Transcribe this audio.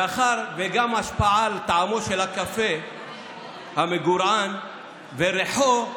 מאחר שגם ההשפעה על טעמו של הקפה המגורען וריחו היא